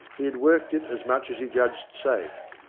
he had worked it as much as he judged safe.